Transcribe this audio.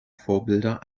vorbilder